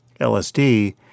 LSD